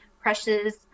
pressures